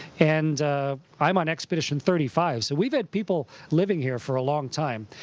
and i'm on expedition thirty five. so we've had people living here for a long time.